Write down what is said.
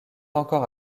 encore